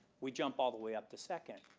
we jump all the way up to second.